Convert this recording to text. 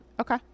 Okay